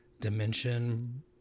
dimension